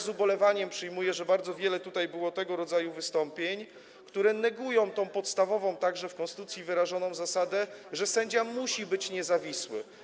Z ubolewaniem przyjmuję, że bardzo wiele tutaj było tego rodzaju wystąpień, które negują tę podstawową, wyrażoną także w konstytucji, zasadę, że sędzia musi być niezawisły.